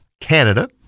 Canada